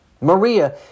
Maria